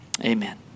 Amen